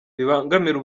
bibangamira